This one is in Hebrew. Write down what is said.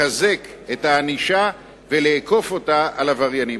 לחזק את הענישה ולאכוף אותה על עבריינים.